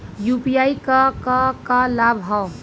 UPI क का का लाभ हव?